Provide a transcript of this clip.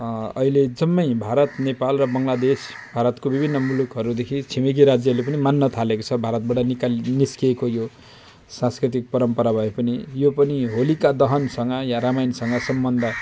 अहिले जम्मै भारत नेपाल र बङ्गलादेश भारतको विभिन्न मुलुकहरूदेखि छिमेकी राज्यहरूले पनि मान्न थालेको छ भारतबाट निका निस्किएको यो सांस्कृतिक परम्परा भए पनि यो पनि होलिका दहनसँग वा रामायणसँग सम्बन्ध